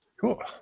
Cool